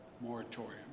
moratorium